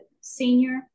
senior